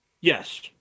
Yes